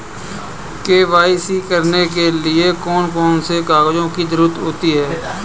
KYC करने के लिए कौन कौन से कागजों की जरूरत होती है?